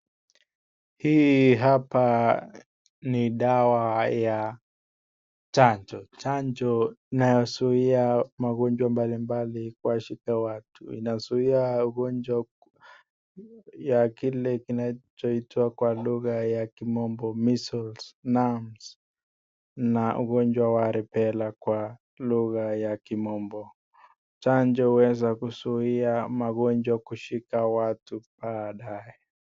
Hii hapa ni dawa ya chanjo, chanjo inayozuia magonjwa mbali mbali kwa watu ,inazuia ugonjwa ya kile kinachoitwa kwa lugha ya kimombo(cs) measles numbs (cs) na ugonjwa wa rubella kwa lugha ya kimombo. Chanjo huweza kuzuia magonjwa kushika watu badae.